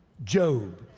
job.